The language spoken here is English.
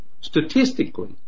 statistically